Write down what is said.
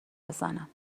بزنم